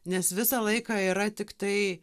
nes visą laiką yra tiktai